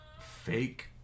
fake